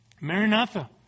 Maranatha